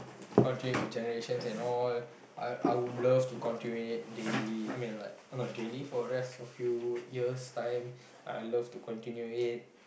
continued with generations and all I I would love to continue it daily I mean like not daily for rest or few years time I love to continue it